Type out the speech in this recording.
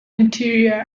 interior